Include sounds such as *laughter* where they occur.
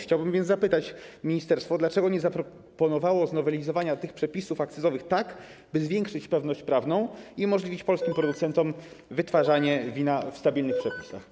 Chciałbym więc zapytać ministerstwo: Dlaczego nie zaproponowało znowelizowania tych przepisów akcyzowych tak, by zwiększyć pewność prawną i umożliwić polskim producentom *noise* wytwarzanie wina zgodnie ze stabilnymi przepisami?